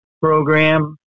program